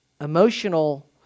emotional